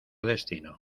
destino